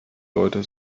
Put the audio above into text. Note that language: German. leute